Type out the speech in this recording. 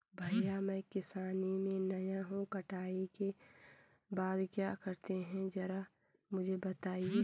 भैया मैं किसानी में नया हूं कटाई के बाद क्या करते हैं जरा मुझे बताएं?